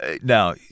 Now